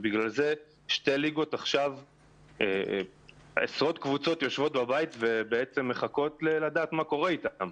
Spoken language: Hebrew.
ובגלל זה יש עשרות קבוצות שיושבות בבית ומחכות לדעת מה קורה איתן.